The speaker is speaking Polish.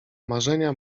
marzenia